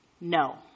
no